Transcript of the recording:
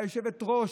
והיושבת-ראש,